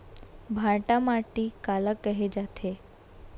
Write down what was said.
भांटा माटी काला कहे जाथे?